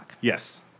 Yes